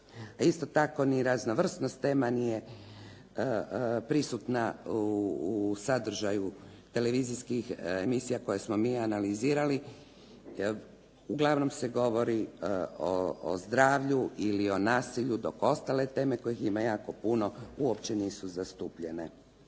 isto tako ni raznovrsnost tema nije prisutna u sadržaju televizijskih emisija koje smo mi analizirali. Uglavnom se govori o zdravlju ili o nasilju dok ostale teme kojih ima jako puno uopće nisu zastupljene.